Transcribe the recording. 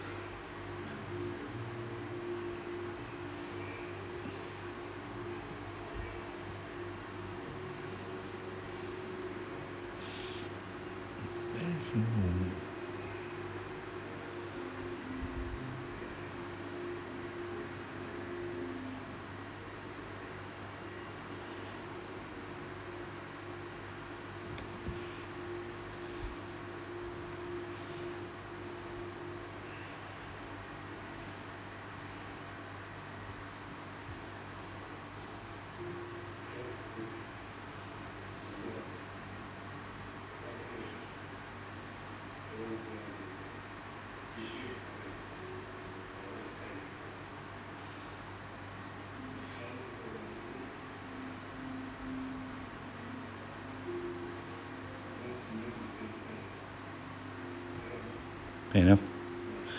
enough